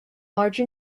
large